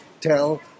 tell